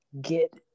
get